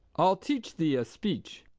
i'll teach thee a speech.